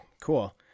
cool